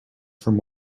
from